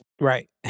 Right